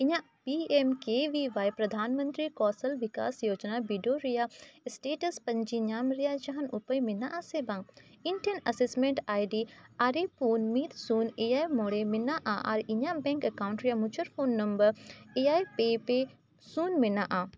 ᱤᱧᱟᱹᱜ ᱯᱨᱚᱫᱷᱟᱱᱢᱚᱱᱛᱨᱤ ᱠᱳᱣᱥᱚᱞ ᱵᱤᱠᱟᱥ ᱡᱳᱡᱚᱱᱟ ᱵᱤᱰᱟᱹᱣ ᱨᱮᱭᱟᱜ ᱯᱟᱸᱡᱟ ᱧᱟᱢ ᱨᱮᱭᱟᱜ ᱡᱟᱦᱟᱱ ᱩᱯᱟᱹᱭ ᱢᱮᱱᱟᱜᱼᱟ ᱥᱮ ᱵᱟᱝ ᱤᱧᱴᱷᱮᱱ ᱟᱨᱮ ᱯᱩᱱ ᱢᱤᱫ ᱥᱩᱱ ᱮᱭᱟᱭ ᱢᱚᱬᱮ ᱢᱮᱱᱟᱜᱼᱟ ᱟᱨ ᱤᱧᱟᱹᱜ ᱨᱮᱭᱟᱜ ᱢᱩᱪᱟᱹᱫ ᱯᱩᱱ ᱮᱭᱟᱭ ᱯᱮ ᱯᱮ ᱥᱩᱱ ᱢᱮᱱᱟᱜᱼᱟ